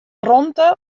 romte